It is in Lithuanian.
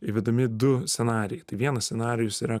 įvedami du scenarijai tai vienas scenarijus yra